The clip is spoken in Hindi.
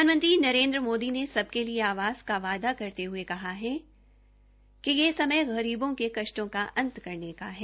प्रधानमंत्री नरेन्द्र मोदी ने सबके आवास का वायदा करते हये कहा है कि यह समय गरीबों के कष्टों का अंत करने का है